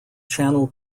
channel